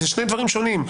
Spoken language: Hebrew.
זה שני דברים שונים,